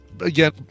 Again